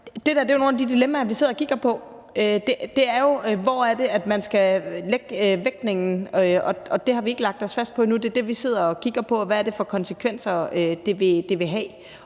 Det er jo nogle af de dilemmaer, vi sidder og kigger på, for hvad er det, man skal vægte? Det har vi ikke lagt os fast på endnu. Det, vi sidder og kigger på, er, hvilke konsekvenser det vil have.